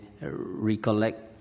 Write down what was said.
recollect